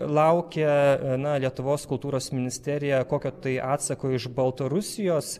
laukia na lietuvos kultūros ministerija kokio tai atsako iš baltarusijos